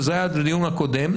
זה היה בדיון הקודם,